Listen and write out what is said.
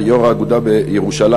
יו"ר האגודה בירושלים,